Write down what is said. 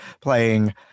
playing